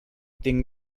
tinc